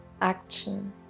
action